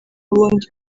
ubundi